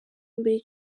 mbere